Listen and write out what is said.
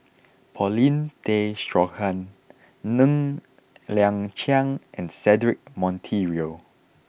Paulin Tay Straughan Ng Liang Chiang and Cedric Monteiro